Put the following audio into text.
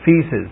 feces